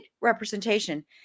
representation